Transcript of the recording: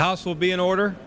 house will be in order